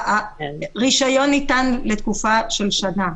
הרישיון ניתן לתקופה של שנה.